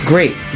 great